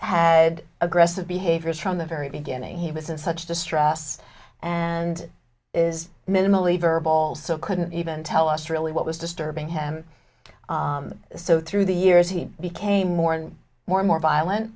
had aggressive behaviors from the very beginning he was in such distress and is minimally verbal so couldn't even tell us really what was disturbing him so through the years he became more and more more violent